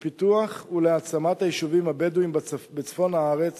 לפיתוח ולהעצמת היישובים הבדואיים בצפון הארץ